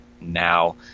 now